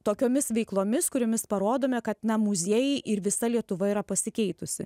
tokiomis veiklomis kuriomis parodome kad na muziejai ir visa lietuva yra pasikeitusi